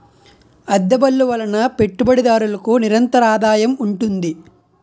అద్దె బళ్ళు వలన పెట్టుబడిదారులకు నిరంతరాదాయం ఉంటుంది